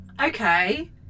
okay